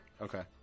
Okay